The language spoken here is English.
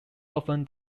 often